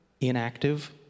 Inactive